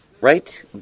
Right